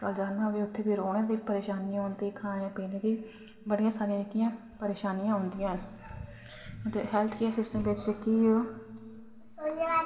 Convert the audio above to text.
हस्पताल जाना होऐ उत्थै फिर रौह्ने दी बी परेशानी होंदी खाने पीने दी बी बड़ियां सारियां जेह्कियां परेशानियां औंदियां न ते हैल्थ केयर सिस्टम बिच जेह्की ओह्